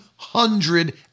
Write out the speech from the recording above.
hundred